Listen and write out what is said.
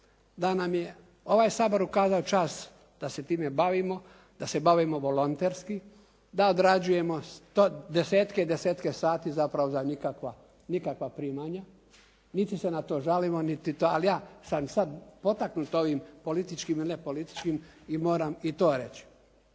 da nam je ovaj Sabor ukazao čast da se time bavimo, da se bavimo volonterski, da odrađujemo desetke i desetke sati zapravo za nikakva primanja niti se na to žalimo, ali ja sam sada potaknut ovim političkim ili nepolitičkim i moram i to reći.